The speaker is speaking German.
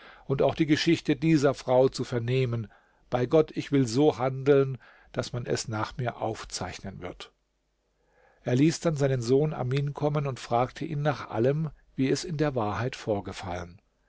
und auch die geschichte dieser frau zu vernehmen bei gott ich will so handeln daß man es nach mir aufzeichnen wird er ließ dann seinen sohn amin kommen und fragte ihn nach allem wie es in der wahrheit vorgefallen